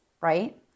right